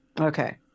Okay